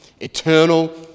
eternal